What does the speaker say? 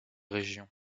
région